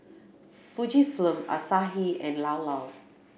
Fujifilm Asahi and Llao Llao